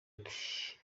nti